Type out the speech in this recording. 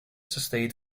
состоит